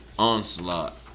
Onslaught